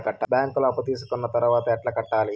బ్యాంకులో అప్పు తీసుకొని తర్వాత ఎట్లా కట్టాలి?